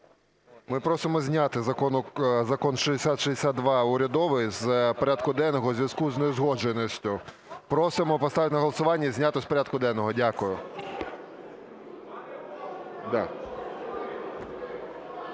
Ми просимо зняти Закон 6062 урядовий з порядку денного у зв'язку з неузгодженістю. Просимо поставити на голосування і зняти з порядку денного. Дякую.